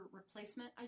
replacement